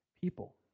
people